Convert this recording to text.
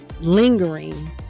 lingering